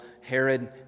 Herod